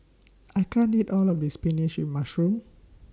I can't eat All of This Spinach with Mushroom